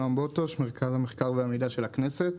אני נועם בוטוש ממרכז המחקר והמידע של הכנסת.